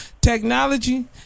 technology